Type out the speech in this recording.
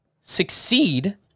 succeed